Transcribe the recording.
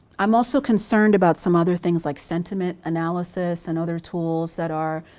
i'm also concerned about some other things like sentiment analysis and other tools that are